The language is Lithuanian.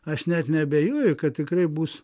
aš net neabejoju kad tikrai bus